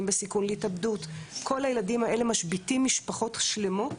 ילדים בסיכון להתאבדות כל הילדים האלה משביתים משפחות שלמות,